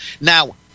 Now